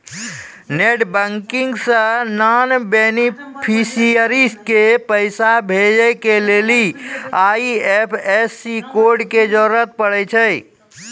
net banking से non beneficiary के पैसा भेजै के लेली आई.एफ.एस.सी कोड के जरूरत पड़ै छै